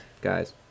Guys